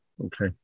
Okay